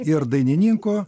ir dainininkų